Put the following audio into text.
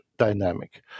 Dynamic